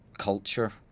culture